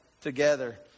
together